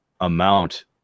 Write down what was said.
amount